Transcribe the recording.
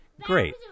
great